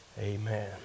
Amen